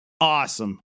awesome